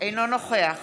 אינו נוכח